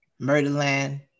Murderland